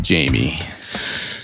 Jamie